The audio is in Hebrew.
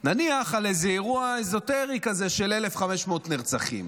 נניח על איזה אירוע איזוטרי כזה של 1,500 נרצחים,